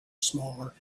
smaller